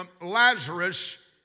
Lazarus